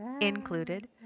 included